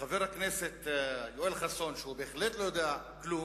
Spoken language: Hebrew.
חבר הכנסת יואל חסון, שהוא בהחלט לא יודע כלום,